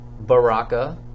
Baraka